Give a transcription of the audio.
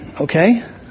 Okay